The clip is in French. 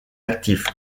actifs